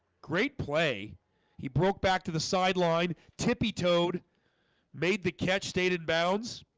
great play he broke back to the sideline tippy toad made the catch stayed inbounds